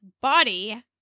body